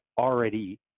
already